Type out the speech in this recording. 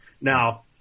Now